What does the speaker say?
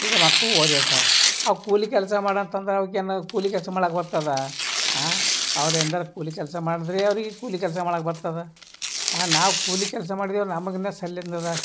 ಈಗ ಮಕ್ಕಳು ಓದಿರ್ತಾರೆ ಅವು ಕೂಲಿ ಕೆಲಸ ಮಾಡಂತಂದ್ರೆ ಅವ್ಕೇನು ಕೂಲಿ ಕೆಲಸ ಮಾಡಕ್ಕೆ ಬರ್ತದಾ ಅವ್ರು ಎಂದಾರು ಕೂಲಿ ಕೆಲಸ ಮಾಡಿದ್ರೆ ಅವ್ರಿಗೆ ಕೂಲಿ ಕೆಲಸ ಮಾಡಕ್ಕೆ ಬರ್ತದೆ ನಾವು ಕೂಲಿ ಕೆಲಸ ಮಾಡಿದೀವಿ ನಮಗೆ ಇನ್ನೂ ಸಲ್ಲಿಂದದ